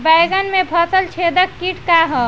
बैंगन में फल छेदक किट का ह?